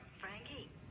Frankie